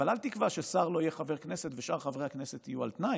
אבל אל תקבע ששר לא יהיה חבר כנסת ושאר חברי הכנסת יהיו על תנאי.